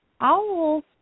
Owls